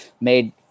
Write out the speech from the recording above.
made